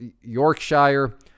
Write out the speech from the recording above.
Yorkshire